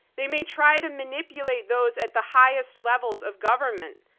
they may try to manipulate those at the highest levels of government.